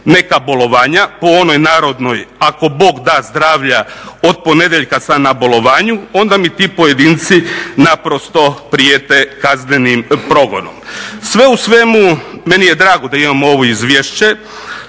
neka bolovanja po onoj narodnoj "ako Bog da zdravlja od ponedjeljka sam na bolovanju" onda mi ti pojedinci naprosto prijete kaznenim progonom. Sve u svemu, meni je drago da imamo ovo izvješće,